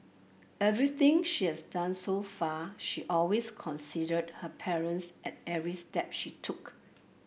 everything she has done so far she always considered her parents at every step she took